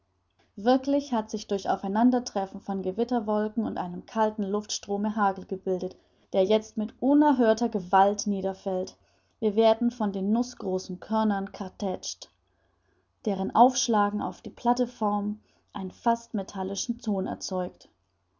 wirklich hat sich durch aufeinandertreffen von gewitterwolken und einem kalten luftstrome hagel gebildet der jetzt mit unerhörter gewalt niederfällt wir werden von den nußgroßen körnern kartätscht deren aufschlagen auf die plateform fast einen metallischen ton erzeugt